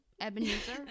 Ebenezer